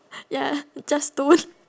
ya just stone